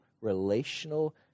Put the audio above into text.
relational